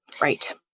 Right